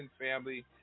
family